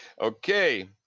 okay